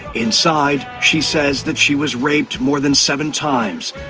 inside she says that she was raped more than seven times,